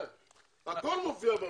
הכול מופיע במתווה,